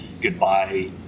goodbye